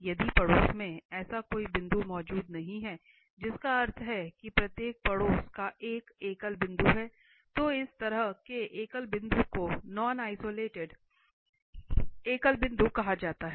यदि पड़ोस में ऐसा कोई बिंदु मौजूद नहीं है जिसका अर्थ है कि प्रत्येक पड़ोस का एक एकल बिंदु है तो इस तरह के एकल बिंदु को नॉन आइसोलेटेड एकल बिंदु कहा जाता है